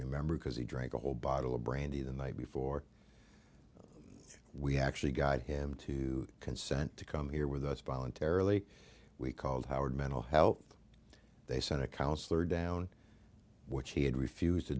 remember because he drank a whole bottle of brandy the night before we actually got him to consent to come here with us voluntarily we called howard mental health they sent a counsellor down which he had refused to